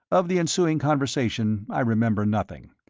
of the ensuing conversation i remember nothing.